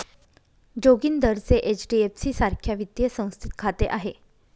जोगिंदरचे एच.डी.एफ.सी सारख्या वित्तीय संस्थेत खाते आहे